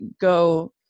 go